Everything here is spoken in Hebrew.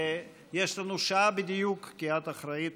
ויש לנו שעה בדיוק, כי את אחראית